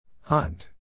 Hunt